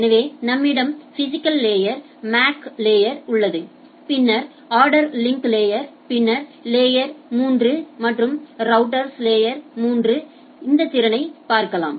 எனவே நம்மிடம் physical layer MAC layer உள்ளது பின்னர் ஆடா்டு லிங்க் லேயர் பின்னர் லேயர் 3 மற்றும் ரௌட்டர்ஸ் லேயர் 3 இன் திறனைப் பார்க்கலாம்